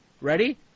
Ready